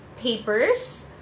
papers